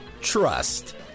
Trust